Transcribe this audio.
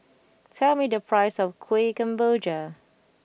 tell me the price of Kueh Kemboja